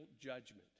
judgment